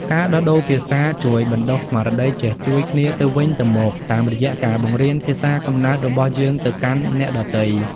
ការដោះដូរភាសាជួយបណ្ដុះស្មារតីចេះជួយគ្នាទៅវិញទៅមក តាមរយៈការបង្រៀនភាសាកំណើតរបស់យើងទៅកាន់អ្នកដទៃ។